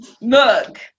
look